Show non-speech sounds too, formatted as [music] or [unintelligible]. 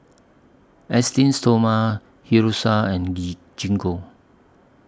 Esteem Stoma Hiruscar and [unintelligible] Gingko